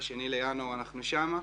ב-2 בינואר אנחנו שם.